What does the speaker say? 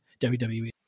WWE